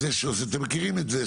אתם מכירים את זה,